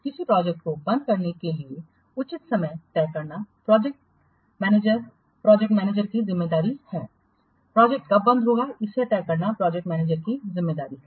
किसी प्रोजेक्टको बंद करने के लिए उचित समय तय करना प्रोजेक्ट मैनेजर प्रोजेक्ट मैनेजर की जिम्मेदारी है प्रोजेक्ट कब बंद होगा इसे तय करना प्रोजेक्ट मैनेजर की जिम्मेदारी है